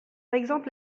exemple